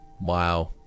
Wow